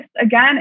again